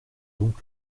donc